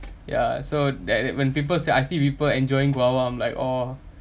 ya so that when people say I see people enjoying guava I'm like oh